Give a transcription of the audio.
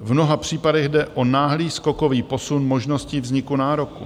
V mnoha případech jde o náhlý skokový posun možností vzniku nároku.